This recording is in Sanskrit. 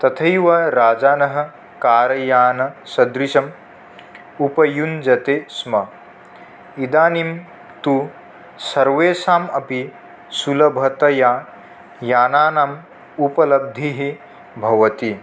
तथैव राजानः कार्यानसदृशम् उपयुञ्जते स्म इदानीं तु सर्वेषाम् अपि सुलभतया यानानाम् उपलब्धिः भवति